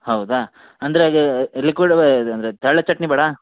ಹೌದಾ ಅಂದರೆ ಲಿಕ್ವಿಡ್ ಇದು ಅಂದರೆ ತೆಳ್ಳ ಚಟ್ನಿ ಬೇಡ